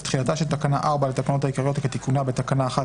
מיוחדות להתמודדות עם נגיף הקורונה החדש (הוראת שעה)